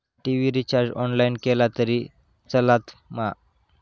TV recharge online केला तरी चलात मा?